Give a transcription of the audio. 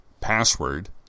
password